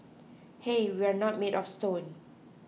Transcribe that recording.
hey we're not made of stone